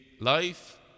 life